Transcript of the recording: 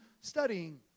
studying